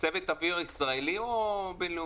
צוות אוויר ישראלי או בין-לאומי?